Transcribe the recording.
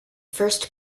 first